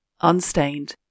unstained